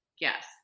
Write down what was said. Yes